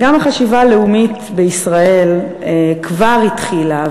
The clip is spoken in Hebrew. וגם החשיבה הלאומית בישראל כבר התחילה,